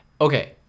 okay